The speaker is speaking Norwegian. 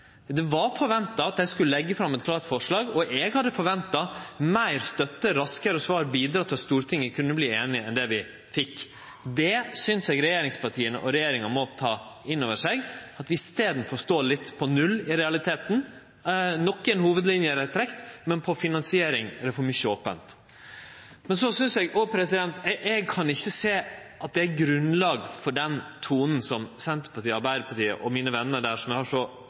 Det var forventa at dei skulle leggje fram eit klart forslag. Eg hadde forventa meir støtte, raskare svar og bidrag enn vi fekk, for at Stortinget kunne verte einige. Eg synest regjeringspartia og regjeringa må ta inn over seg at vi i staden i realiteten står litt på null. Nokre hovudlinjer er trekte, men når det gjeld finansiering, er for mykje ope. Eg kan ikkje sjå at det er grunnlag for den tonen som Senterpartiet, Arbeidarpartiet og mine venner der – som eg har så